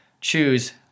choose